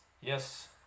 Yes